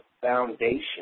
foundation